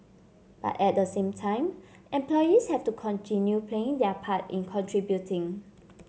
but at the same time employees have to continue playing their part in contributing